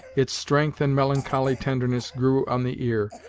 its strength and melancholy tenderness grew on the ear,